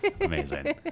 Amazing